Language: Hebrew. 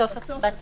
בסיפה.